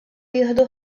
jieħdu